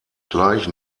gleich